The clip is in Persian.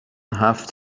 هفت